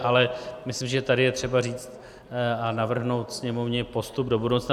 Ale myslím, že tady je třeba říct a navrhnout Sněmovně postup do budoucna.